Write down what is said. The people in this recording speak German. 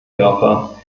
dörfer